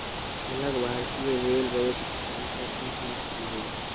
अलग भारतीय rail budget की परंपरा क्यों समाप्त की गई?